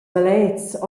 maletgs